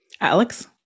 Alex